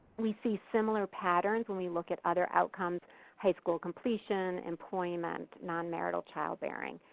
we see similar patterns when we look at other outcomes high school completion, employment, non marital childbearing.